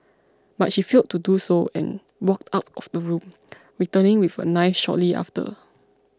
but she failed to do so and walked out of the room returning with a knife shortly after